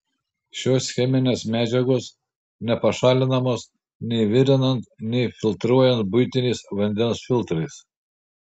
šios cheminės medžiagos nepašalinamos nei virinant nei filtruojant buitiniais vandens filtrais